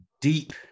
deep